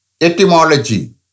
Etymology